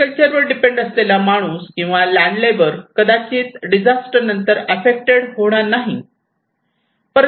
agriculture वर depend असलेला माणूस किंवा लँड लेबर कदाचित डिझास्टर नंतर आफ्फेक्टेड होणार नाही